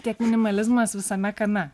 tiek minimalizmas visame kame